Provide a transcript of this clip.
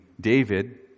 David